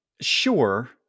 sure